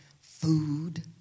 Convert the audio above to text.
food